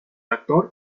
rector